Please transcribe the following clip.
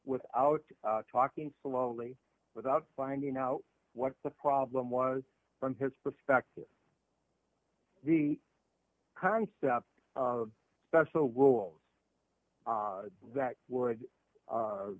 without talking so lonely without finding out what the problem was from his perspective the concept of special rule that would